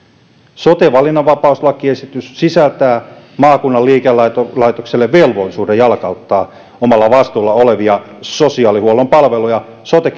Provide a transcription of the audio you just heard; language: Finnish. sote valinnanvapauslakiesitys sisältää maakunnan liikelaitokselle velvollisuuden jalkauttaa omalla vastuulla olevia sosiaalihuollon palveluja sote